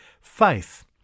faith